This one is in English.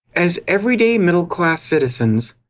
as everyday middle-class citizens,